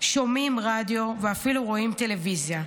שומעים רדיו ואפילו רואים טלוויזיה.